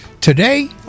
Today